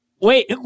Wait